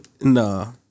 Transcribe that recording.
No